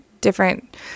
different